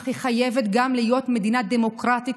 אך היא חייבת גם להיות מדינה דמוקרטית,